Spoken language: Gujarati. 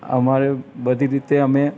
અમારે બધી રીતે અમે